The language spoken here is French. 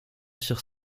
tire